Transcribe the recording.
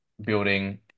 building